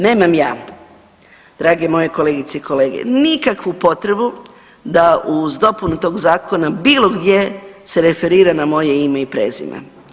Nemam ja, drage moje kolegice i kolege nikakvu potrebu da uz dopunu tog zakona bilo gdje se referira na moje ime i prezime.